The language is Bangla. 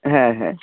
হ্যাঁ হ্যাঁ